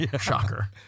shocker